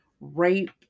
rape